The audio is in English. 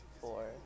four